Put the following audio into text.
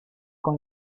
con